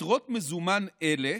יתרות מזומן אלה